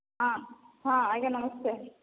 ହଁ ହଁ ଆଜ୍ଞା ନମସ୍କାର